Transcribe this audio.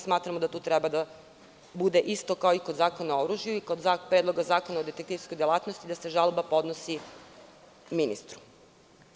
Smatramo da tu treba da bude isto kao i kod Zakona o oružju i kod Predloga zakona o detektivskoj delatnosti, gde se žalba podnosi ministru.